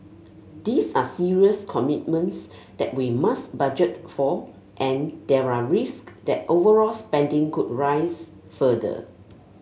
these are serious commitments that we must budget for and there are risk that overall spending could rise further